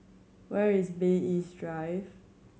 where is Bay East Drive